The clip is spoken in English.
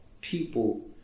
people